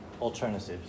Alternatives